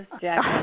Jack